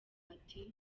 ati